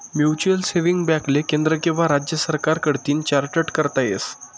mutual saving बॅकले केंद्र किंवा राज्य सरकार कडतीन चार्टट करता येस